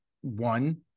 one